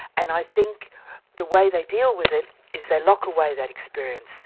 and i think the way they deal with it is they lock away that experience.